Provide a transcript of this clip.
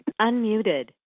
Unmuted